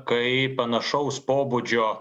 kai panašaus pobūdžio